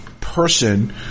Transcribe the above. person